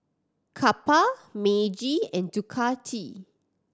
Kappa Meiji and Ducati